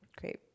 great